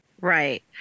Right